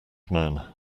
man